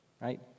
right